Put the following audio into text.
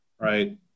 right